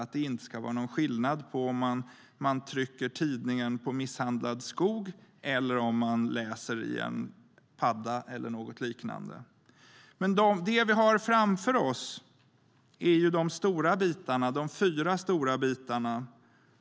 Det ska inte vara någon skillnad på om man trycker tidningen på misshandlad skog eller om den läses i en "padda" eller något liknande. Men det vi har framför oss är de fyra stora bitarna.